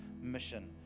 mission